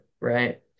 right